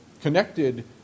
connected